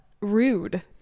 rude